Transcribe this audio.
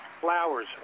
flowers